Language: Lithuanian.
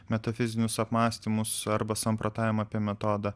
metafizinius apmąstymus arba samprotavimą apie metodą